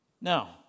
Now